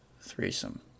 threesome